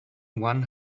one